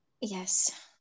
Yes